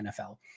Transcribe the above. NFL